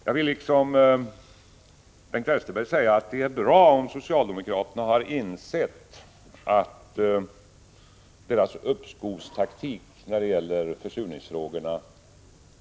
Jag vill liksom Bengt Westerberg säga att det är bra om socialdemokraterna har insett att det är en olycklig uppskovstaktik de fört när det gäller försurningsfrågorna.